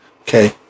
Okay